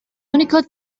unicode